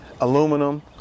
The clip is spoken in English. aluminum